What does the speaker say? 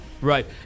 Right